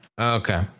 okay